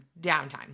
downtime